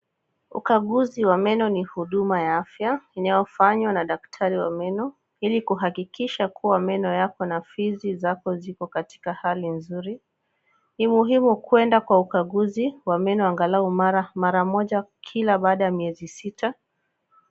Ukaguzi wa meno ni huduma ya afya, inayofanywa na daktari wa meno ili kuhakikisha kuwa meno yako na fizi yako ziko katika hali nzuri. Ni muhimu kwenda kwa ukaguzi wa meno angalau mara moja kila baada ya miezi sita.